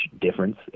difference